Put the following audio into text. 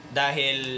dahil